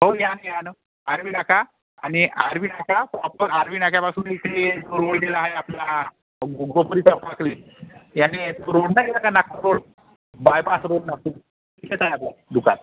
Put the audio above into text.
हो या ना या न आर्वी नाका आणि आर्वी नाका प्रॉपर आर्वी नाक्यापासून इथे जो रोड गेला आहे आपला याने तो रोड नाही का Nagpur road bypass road Nagpur तिथेच आहे आपलं दुकान